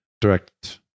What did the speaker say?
direct